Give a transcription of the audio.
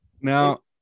now